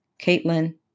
Caitlin